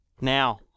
Now